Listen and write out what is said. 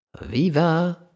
Viva